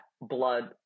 blood